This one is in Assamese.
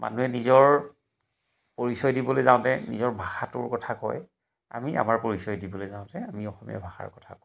মানুহে নিজৰ পৰিচয় দিবলৈ যাওঁতে নিজৰ ভাষাটোৰ কথা কয় আমি আমাৰ পৰিচয় দিবলৈ যাওঁতে আমি অসমীয়া ভাষাৰ কথা কওঁ